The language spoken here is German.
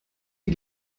die